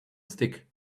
stick